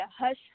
hush